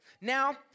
Now